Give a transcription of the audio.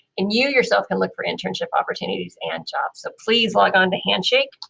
and you yourself can look for internship opportunities and jobs. so please log on to handshake.